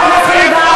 חבר הכנסת חיליק בר,